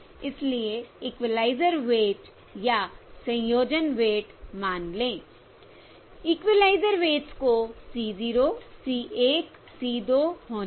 इसलिए equalizer weight या संयोजन वेट मान ले I इक्विलाइज़र वेट्स को C 0 C 1 C 2 होने दें